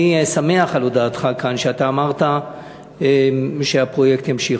אני שמח על הודעתך כאן, שאתה אמרת שהפרויקט יימשך.